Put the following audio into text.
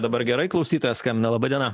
dabar gerai klausytojas skambina laba diena